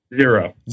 Zero